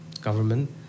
government